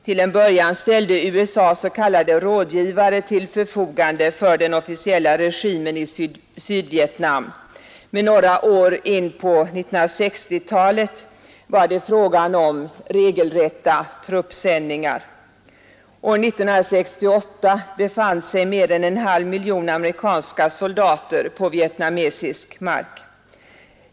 Till en början ställde USA s.k. rådgivare till förfogande för den officiella regimen i Sydvietnam, men några år in på 1960-talet var det fråga om regelrätta truppsändningar. År 1968 befann sig mer än en halv mi!ion amerikanska soldater på vietnamesisk mark.